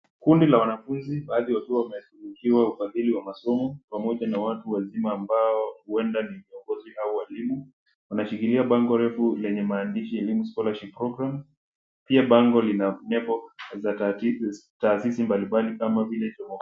Kundi la wanafunzi, baadhi wakiwa wame tunukiwa ufadhili wa masomo, pamoja na watu wazima ambao huenda ni viongozi au walimu, wanashikilia bango refu lenye maandishi ya Elimu Scholarship Program , pia bango lina nembo za taasisi mbalimbali kama vile.